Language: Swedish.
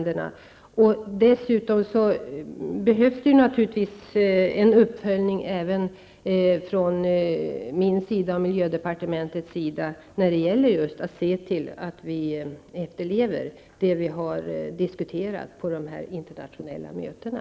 Dessutom behövs det naturligtvis en uppföljning även från min sida och från miljödepartementets sida när det just gäller att se till att vi efterlever det som vi har diskuterat på de internationella mötena.